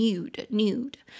Nude,Nude